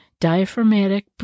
diaphragmatic